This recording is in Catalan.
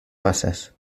passes